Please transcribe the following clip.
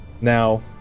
Now